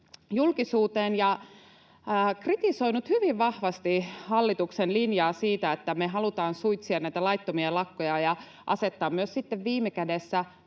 julkisuuteen ja kritisoinut hyvin vahvasti hallituksen linjaa siitä, että me halutaan suitsia näitä laittomia lakkoja ja myös asettaa sitten viime kädessä